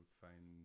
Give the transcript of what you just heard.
find